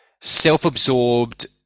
self-absorbed